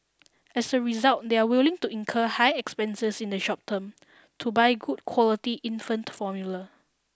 as a result they are willing to incur high expenses in the short term to buy good quality infant formula